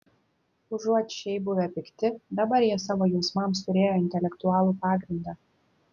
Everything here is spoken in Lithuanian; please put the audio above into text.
užuot šiaip buvę pikti dabar jie savo jausmams turėjo intelektualų pagrindą